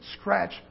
scratch